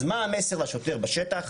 אז מה המסר לשוטר בשטח?